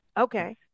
Okay